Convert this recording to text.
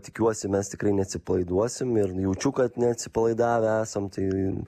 tikiuosi mes tikrai neatsipalaiduosim ir jaučiu kad neatsipalaidavę esam tai